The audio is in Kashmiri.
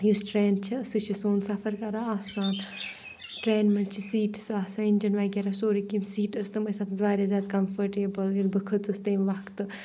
یُس ٹرٛین چھِ سُہ چھِ سون سَفَر کَران آسان ٹرٛینہِ منٛز چھِ سیٖٹٕس آسان اِنجَن وغیرہ سورُے کینٛہہ سیٖٹہٕ ٲسۍ تم ٲسۍ تَتھ منٛز واریاہ زیادٕ کَمفٲٹیبٕل ییٚلہِ بہٕ کھٔژٕس تمۍ وَقتہٕ